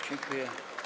Dziękuję.